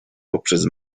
poprzez